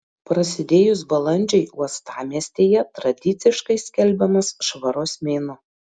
prasidėjus balandžiui uostamiestyje tradiciškai skelbiamas švaros mėnuo